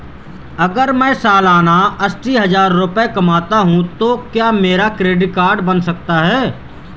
अगर मैं सालाना अस्सी हज़ार रुपये कमाता हूं तो क्या मेरा क्रेडिट कार्ड बन सकता है?